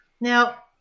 now